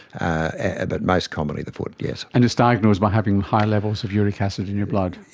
ah but most commonly the foot, yes. and it's diagnosed by having high levels of uric acid in your blood.